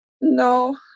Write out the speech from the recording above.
No